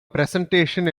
presentation